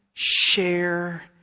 Share